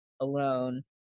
alone